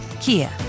Kia